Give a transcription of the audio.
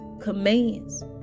commands